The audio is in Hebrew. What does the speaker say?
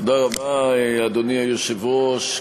אדוני היושב-ראש,